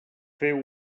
feu